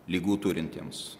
ligų turintiems